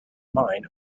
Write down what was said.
mine